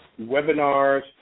webinars